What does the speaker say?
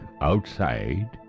outside